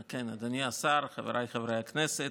כן, אדוני השר, חבריי חברי הכנסת,